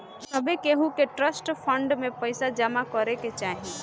सभे केहू के ट्रस्ट फंड में पईसा जमा करे के चाही